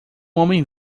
homem